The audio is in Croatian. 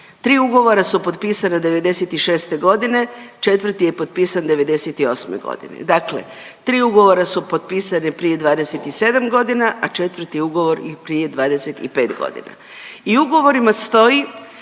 tri ugovora su potpisana '96.g, četvrti je potpisan '98.g., dakle tri ugovora su potpisana prije 27 godina, a četvrti ugovor prije 25 godina. I u ugovorima stoji